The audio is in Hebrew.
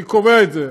אני קובע את זה.